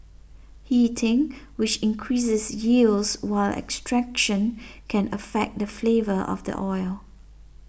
heating which increases yields while extraction can affect the flavour of the oil